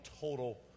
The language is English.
total